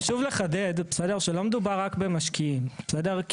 חשוב לחדד שלא מדובר רק במשקיעים, בסדר?